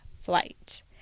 flight